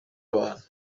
abantu